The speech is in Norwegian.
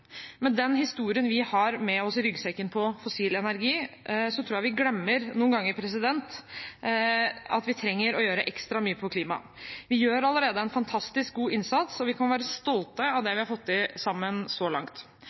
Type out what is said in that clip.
Med den historien vi har med oss i ryggsekken når det gjelder fossil energi, tror jeg vi noen ganger glemmer at vi trenger å gjøre ekstra mye på klimafeltet. Vi gjør allerede en fantastisk god innsats, og vi kan være stolte av det vi har fått til sammen så langt.